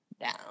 down